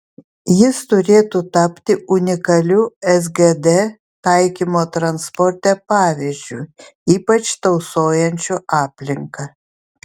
jis turėtų tapti unikaliu sgd taikymo transporte pavyzdžiu ypač tausojančiu aplinką